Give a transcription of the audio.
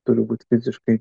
turi būt fiziškai